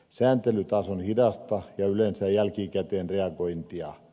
sääntely taas on hidasta ja yleensä jälkikäteen reagointia